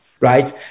right